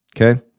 Okay